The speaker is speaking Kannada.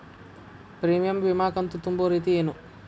ಪ್ರೇಮಿಯಂ ವಿಮಾ ಕಂತು ತುಂಬೋ ರೇತಿ ಏನು?